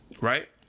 right